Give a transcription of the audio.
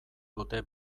dute